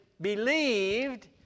believed